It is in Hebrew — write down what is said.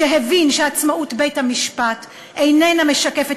שהבין שעצמאות בית-המשפט איננה משקפת